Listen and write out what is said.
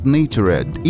Natured